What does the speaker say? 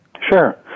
Sure